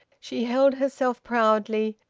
she held herself proudly,